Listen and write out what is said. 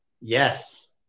Yes